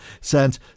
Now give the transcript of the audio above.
sent